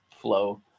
flow